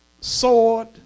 sword